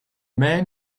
man